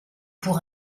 pour